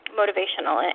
motivational